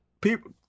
People